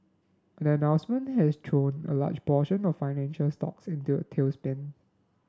the announcement has thrown a large portion of financial stocks into a tailspin